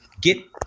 get